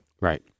Right